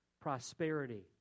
prosperity